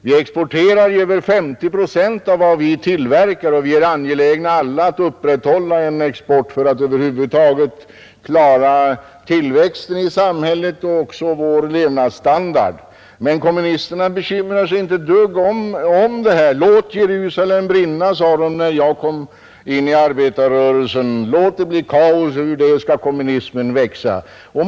Vi exporterar över 50 procent av vad vi tillverkar, och vi är alla angelägna om att upprätthålla en export för att över huvud taget klara tillväxten i samhället och även vår standard. Kommunisterna bekymrar sig inte om detta. ”Låt Jerusalem brinna”, sade de när jag kom in i arbetarrörelsen. ”Låt det bli kaos — ur det skall kommunismen växa!